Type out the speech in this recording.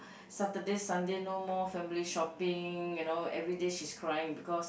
Saturday Sunday no more family shopping you know everyday she's crying because